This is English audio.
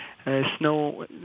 Snow